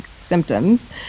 symptoms